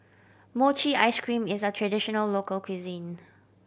mochi ice cream is a traditional local cuisine